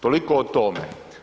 Toliko o tome.